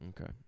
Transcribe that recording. Okay